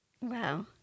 wow